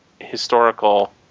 historical